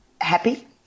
happy